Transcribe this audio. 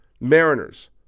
Mariners